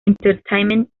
entertainment